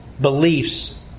Beliefs